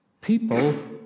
people